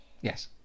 Yes